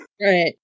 Right